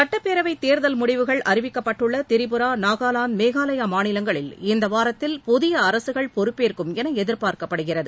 சட்டப்பேரவைத் தேர்தல் முடிவுகள் அறிவிக்கப்பட்டுள்ள திரிபுரா நாகாலாந்து மேகாலயா மாநிலங்களில் இந்த வாரத்தில் புதிய அரசுகள் பொறுப்பேற்கும் என எதிர்ப்பார்க்கப்படுகிறது